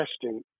testing